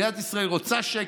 מדינת ישראל רוצה שקט,